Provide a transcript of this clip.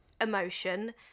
emotion